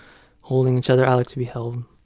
holding each other. i like to be held.